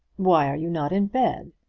why are you not in bed?